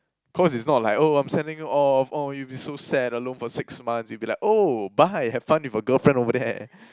cause it's not like oh I'm sending her off or it would be so sad alone for six months it would be like oh bye have fun with your girlfriend over there